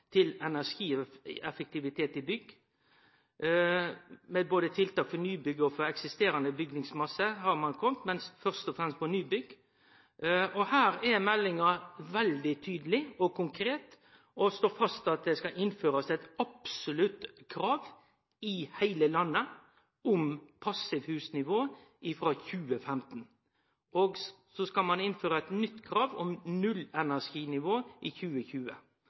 til energieffektivitet i bygg med tiltak både for nybygg og for eksisterande bygningmasse, men først og fremst for nybygg. Her er meldinga veldig tydeleg og konkret, og ho slår fast at det skal innførast eit absolutt krav i heile landet om passivhusnivå frå 2015. Så skal ein innføre eit nytt krav om nullenerginivå i 2020.